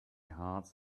hearts